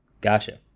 Gotcha